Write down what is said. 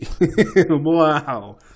Wow